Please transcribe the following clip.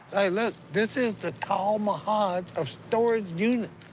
hey, look, this is the tal mahaj of storage units.